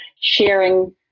sharing